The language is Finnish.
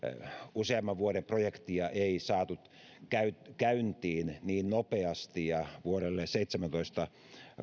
useamman vuoden projektia ei saatu käyntiin käyntiin niin nopeasti ja vuodelle seitsemäntoista